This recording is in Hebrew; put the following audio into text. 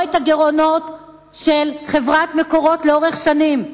את הגירעונות של חברת "מקורות" לאורך שנים,